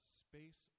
space